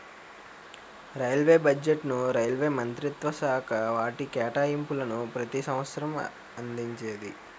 railway బడ్జెట్ను railway మంత్రిత్వశాఖ వాటి కేటాయింపులను ప్రతి సంవసరం అందించేది